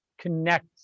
connect